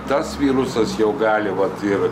tas virusas jau gali vat ir